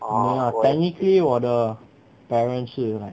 没有 but anyway 我的 parent 是 like